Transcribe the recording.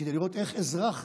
כדי לראות, כאזרח,